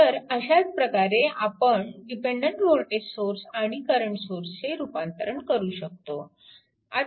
तर अशाच प्रकारे आपण डिपेन्डन्ट वोल्टेज सोर्स आणि करंट सोर्सचे रूपांतरण करू शकतो